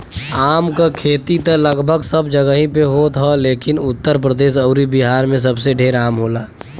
आम क खेती त लगभग सब जगही पे होत ह लेकिन उत्तर प्रदेश अउरी बिहार में सबसे ढेर आम होला